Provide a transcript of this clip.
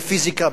בפיזיקה,